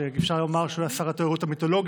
שאפשר כבר לומר שהוא שר התיירות המיתולוגי.